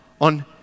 on